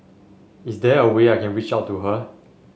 is there a way I can reach out to her